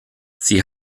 sie